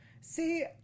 See